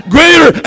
Greater